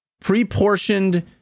pre-portioned